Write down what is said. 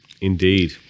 Indeed